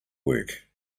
work